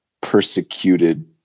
persecuted